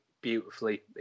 beautifully